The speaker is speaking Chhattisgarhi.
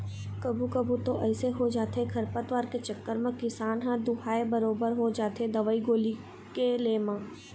कभू कभू तो अइसे हो जाथे खरपतवार के चक्कर म किसान ह दूहाय बरोबर हो जाथे दवई गोली के ले म